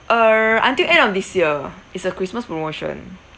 uh until end of this year it's a christmas promotion